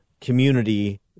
community